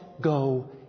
go